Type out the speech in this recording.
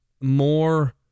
more